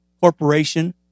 corporation